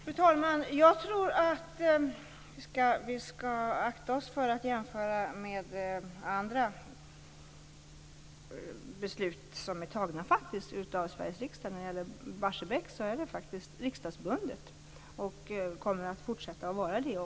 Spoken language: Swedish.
Fru talman! Jag tror att vi skall akta oss för att jämföra med andra beslut som fattats av Sveriges riksdag. Beslutet om Barsebäck är riksdagsbundet och kommer också att fortsätta att vara det.